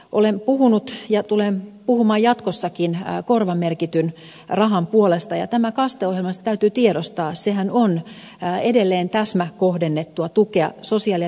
olen puhunut ja tulen puhumaan jatkossakin korvamerkityn rahan puolesta ja tämä kaste ohjelmahan se täytyy tiedostaa on edelleen täsmäkohdennettua tukea sosiaali ja terveydenhuollon kehittämistä